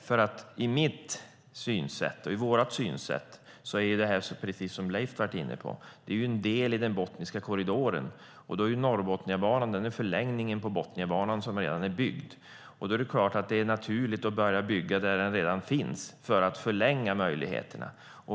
Enligt mitt och vårt synsätt är detta, precis som Leif Pettersson var inne på, en del i Botniska korridoren. Då är Norrbotniabanan förlängningen på Botniabanan som redan är byggd. Då är det klart att det är naturligt att börja bygga där banan redan finns för att förlänga den.